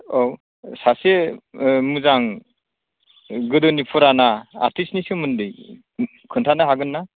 औ सासे मोजां गोदोनि फुराना आर्थिस्टनि सोमोन्दै खिन्थानो हागोन ना